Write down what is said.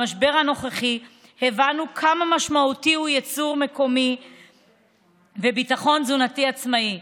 במשבר הנוכחי הבנו כמה משמעותי הוא יצור מקומי וביטחון תזונתי עצמאי.